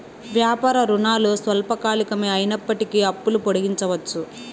వ్యాపార రుణాలు స్వల్పకాలికమే అయినప్పటికీ అప్పులు పొడిగించవచ్చు